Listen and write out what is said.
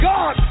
God